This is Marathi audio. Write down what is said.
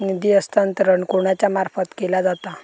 निधी हस्तांतरण कोणाच्या मार्फत केला जाता?